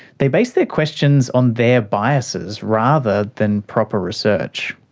they base their questions on their biases rather than proper research.